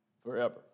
forever